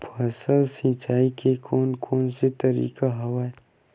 फसल सिंचाई के कोन कोन से तरीका हवय?